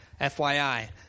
FYI